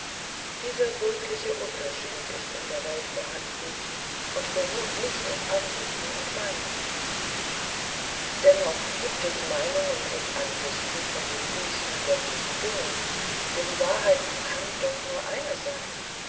dieser wirkliche unterschied ist in der welt vorhanden und beruht nicht auf ansichten und meinungen dennoch gibt es meinungen und ansichten von den höchsten göttlichen dingen denn die wahrheit kann doch nur eine sein